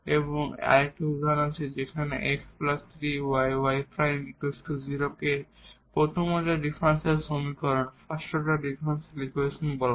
এবং আরেকটি উদাহরণ আছে যেখানে x 3yy ' 0 কে প্রথম অর্ডার ডিফারেনশিয়াল সমীকরণ বলা হয়